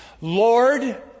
Lord